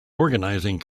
organizing